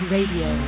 Radio